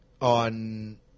on –